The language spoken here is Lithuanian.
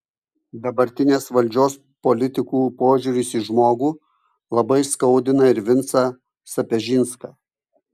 dabartinės valdžios politikų požiūris į žmogų labai skaudina ir vincą sapežinską